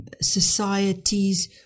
societies